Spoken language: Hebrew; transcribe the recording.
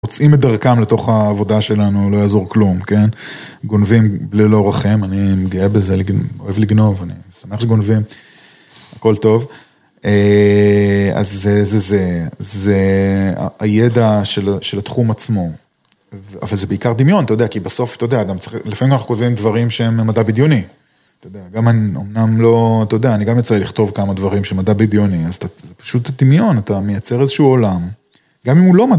מוצאים את דרכם לתוך העבודה שלנו, לא יעזור כלום, כן, גונבים ללא רחם, אני גאה בזה, אוהב לגנוב, אני שמח שגונבים, הכל טוב. אז זה זה זה, זה הידע של התחום עצמו, אבל זה בעיקר דמיון, אתה יודע, כי בסוף אתה יודע, לפעמים אנחנו קובעים דברים שהם מדע בדיוני, אתה יודע, גם אומנם לא, אתה יודע, אני גם יצא לי לכתוב כמה דברים שמדע בדיוני, אז זה פשוט דמיון, אתה מייצר איזשהו עולם, גם אם הוא לא מדע,